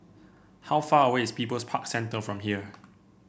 how far away is People's Park Centre from here